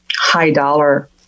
high-dollar